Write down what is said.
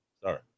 Sorry